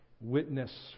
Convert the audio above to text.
witness